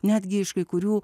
netgi iš kai kurių